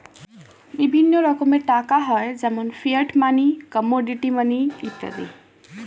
বিভিন্ন রকমের টাকা হয় যেমন ফিয়াট মানি, কমোডিটি মানি ইত্যাদি